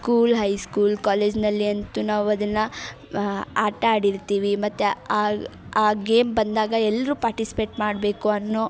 school high school ಕಾಲೇಜ್ನಲ್ಲಿ ಅಂತೂ ನಾವು ಅದನ್ನು ಆಟಾಡಿರ್ತೀವಿ ಮತ್ತು ಆಗ ಆ ಗೇಮ್ ಬಂದಾಗ ಎಲ್ಲರೂ ಪಾರ್ಟಿಸಿಪೇಟ್ ಮಾಡಬೇಕು ಅನ್ನೋ